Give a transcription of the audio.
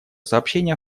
сообщение